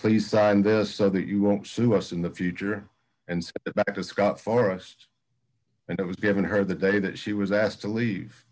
please sign this so that you won't sue us in the future and that is scott forrest and it was given her the day that she was asked to leave